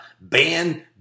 ban